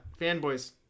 fanboys